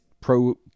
pro